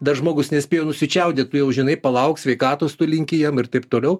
dar žmogus nespėjo nusičiaudėti tu jau žinai palauk sveikatos tu linki jam ir taip toliau